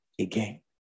again